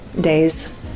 days